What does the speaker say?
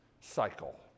cycle